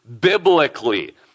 biblically